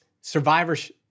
survivors